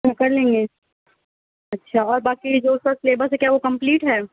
وہ کر لیں گے اچھا اور باقی جو اُس کا سلیبس ہے کیا وہ کمپلیٹ ہے